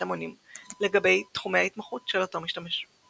המונים" לגבי תחומי ההתמחות של אותו משתמש.